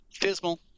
Dismal